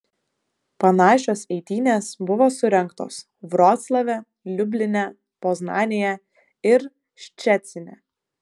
panašios eitynės buvo surengtos vroclave liubline poznanėje ir ščecine